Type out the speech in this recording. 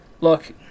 Look